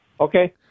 Okay